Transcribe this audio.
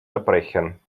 zerbrechen